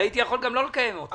הייתי יכול גם לא לקיים אותו.